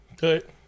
Good